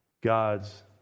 God's